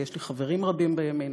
ויש לי חברים רבים בימין,